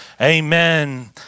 amen